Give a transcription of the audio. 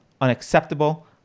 unacceptable